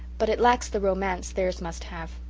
but it lacks the romance theirs must have.